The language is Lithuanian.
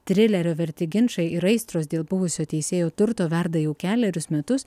trilerio verti ginčai ir aistros dėl buvusio teisėjo turto verda jau kelerius metus